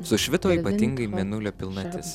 sušvito ypatingai mėnulio pilnatis